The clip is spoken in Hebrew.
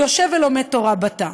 הוא יושב ולומד תורה בתא,